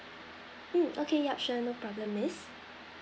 mm okay yup sure no problem miss